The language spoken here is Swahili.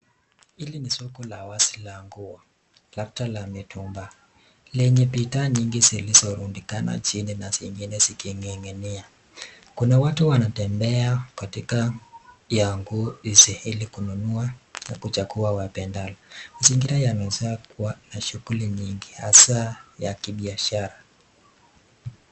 Hili ni soko la wazi la nguo, labda la mitumba lenye bidhaa nyingi zilizo rundikana chini na zingine zikining'inia. Kuna watu wanatembea katikati ya nguo hizi ili kununua na kuchagua wapendalo. Mazingira yanaweza kuwa na shughuli nyingi hasaa ya kibiashara.